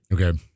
Okay